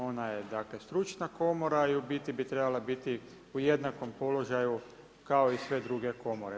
Ona je dakle stručna komora i u biti bi trebala biti u jednakom položaju kao i sve druge komore.